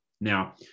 Now